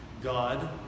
God